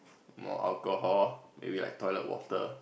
more alcohol maybe like toilet water